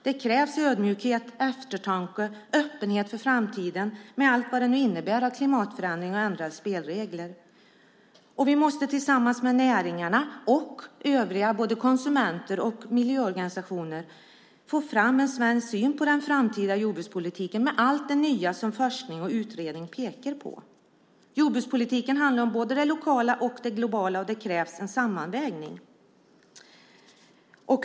Det krävs ödmjukhet, eftertanke och öppenhet för framtiden med allt vad den innebär i form av klimatförändringar och ändrade spelregler. Tillsammans med näringarna och övriga, både konsumenter och miljöorganisationer, måste vi få fram en svensk syn på den framtida jordbrukspolitiken med allt det nya som forskning och utredning pekar på. Jordbrukspolitiken handlar om både det lokala och det globala. Det krävs en sammanvägning.